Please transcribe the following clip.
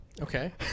Okay